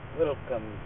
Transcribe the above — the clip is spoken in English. welcome